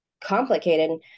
complicated